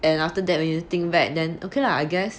and after that we think back then okay lah I guess